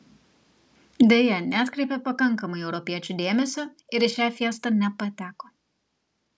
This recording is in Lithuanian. deja neatkreipė pakankamai europiečių dėmesio ir į šią fiestą nepateko